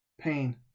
pain